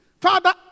Father